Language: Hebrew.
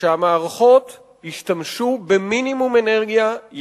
שהמערכות ישתמשו במינימום אנרגיה,